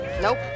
nope